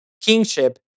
kingship